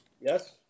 Yes